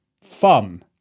fun